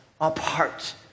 apart